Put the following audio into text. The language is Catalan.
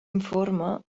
informe